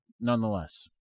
nonetheless